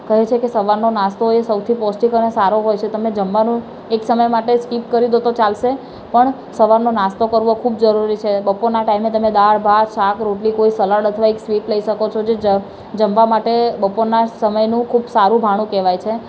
કહે છે કે સવારનો નાસ્તો એ સૌથી પૌષ્ટિક અને સારો હોય છે તમે જમવાનું એક સમય માટે સ્કિપ કરી દો તો ચાલશે પણ સવારનો નાસ્તો કરવો ખૂબ જરૂરી છે બપોરના ટાઈમે તમે દાળ ભાત શાક રોટલી કોઈ સલાડ અથવા એક સ્વીટ લઇ શકો છો જે જ જમવા માટે બપોરના સમયનું ખૂબ સારું ભાણું કહેવાય છે